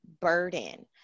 burden